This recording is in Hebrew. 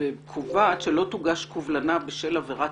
וקובעת שלא תוגש קובלנה בשל עבירת